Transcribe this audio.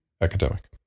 academic